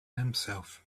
himself